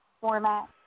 format